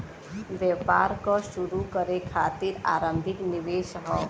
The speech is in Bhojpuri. व्यापार क शुरू करे खातिर आरम्भिक निवेश हौ